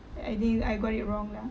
ya I think I got it wrong lah